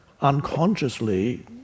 unconsciously